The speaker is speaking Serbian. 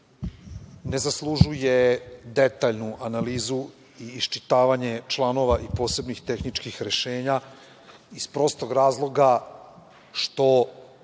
ne zaslužuje detaljnu analizu i iščitavanje članova i posebnih tehničkih rešenja iz prostog razloga što